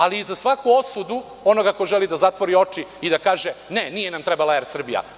Ali i za svaku osudu onoga koji želi da zatvori oči i da kaže – ne, nije nam trebala „Er Srbija“